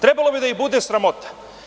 Trebalo bi da ih bude sramota.